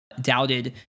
doubted